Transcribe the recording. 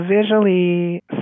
visually